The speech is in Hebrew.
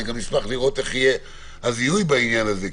אני גם אשמח לראות איך יהיה הזיהוי בעניין הזה,